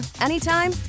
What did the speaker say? anytime